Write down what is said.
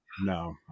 no